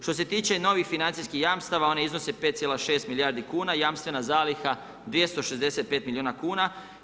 Što se tiče novih financijskih jamstava ona iznose 5,6 milijardi kuna, jamstvena zaliha 265 milijuna kuna.